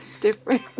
different